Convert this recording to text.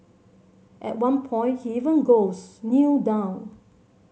at one point he even goes Kneel down